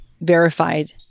verified